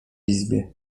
izbie